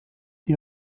die